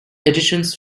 editions